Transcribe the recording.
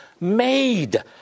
made